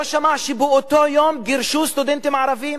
לא שמע שבאותו יום גירשו סטודנטים ערבים